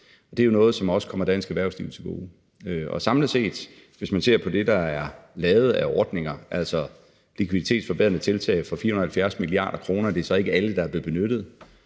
Det er jo noget, som også kommer dansk erhvervsliv til gode. Samlet set er der, hvis man ser på det, der er lavet af ordninger, tale om likviditetsforbedrende tiltag for 470 mia. kr.. Det er så ikke alle, der er blevet benyttet.